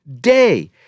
day